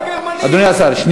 אדוני השר, בגרמנית.